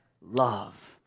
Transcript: love